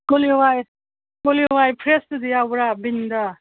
ꯀꯣꯂꯤ ꯍꯥꯋꯥꯏ ꯀꯣꯂꯤ ꯍꯥꯋꯥꯏ ꯐ꯭ꯔꯦꯁꯇꯨꯗꯤ ꯌꯥꯎꯕ꯭ꯔ ꯕꯤꯟꯗꯣ